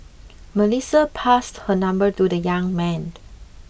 Melissa passed her number to the young man